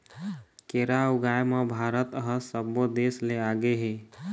केरा ऊगाए म भारत ह सब्बो देस ले आगे हे